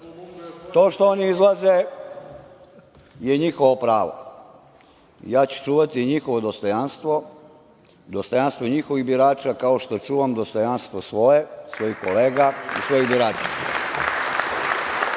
To što oni izlaze je njihovo pravo, ja ću čuvati njihovo dostojanstvo, dostojanstvo njihovih birača kao što čuvam dostojanstvo svoje, svojih kolega i svojih birača,